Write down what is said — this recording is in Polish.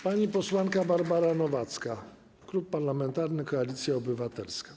Pani posłanka Barbara Nowacka, Klub Parlamentarny Koalicja Obywatelska.